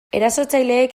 erasotzaileek